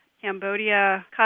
Cambodia